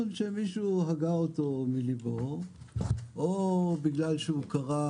שמישהו הגה אותו מליבו או בגלל שהוא קרא